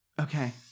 Okay